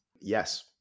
Yes